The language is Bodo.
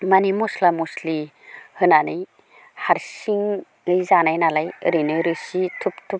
माने मस्ला मस्लि होनानै हारसिंयै जानाय नालाय ओरैनो रोसि थुब थुब